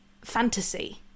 fantasy